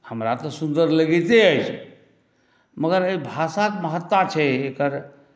हमरा तऽ सुन्दर लगिते अछि मगर एहि भाषाक महत्ता छै एकर